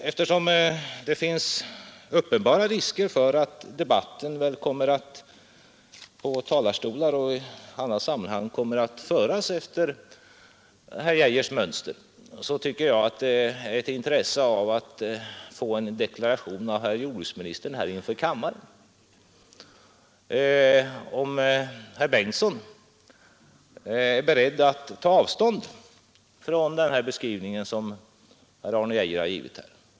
Eftersom det finns uppenbara risker för att debatten från talarstolar och i andra sammanhang kommer att föras efter herr Geijers mönster, finns det intresse av att få en deklaration av jordbruksministern inför kammaren. Är herr Bengtsson beredd att ta avstånd från den beskrivning som herr Arne Geijer har givit?